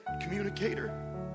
communicator